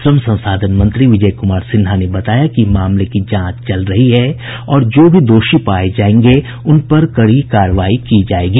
श्रम संसाधन मंत्री विजय कुमार सिन्हा ने बताया कि मामले की जांच चल रही है और जो भी दोषी पाये जायेंगे उन पर कड़ी कार्रवाई की जायेगी